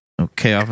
Okay